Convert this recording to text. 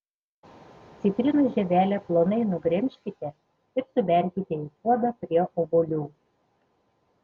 citrinų žievelę plonai nugremžkite ir suberkite į puodą prie obuolių